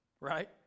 Right